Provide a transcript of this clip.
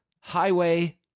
Highway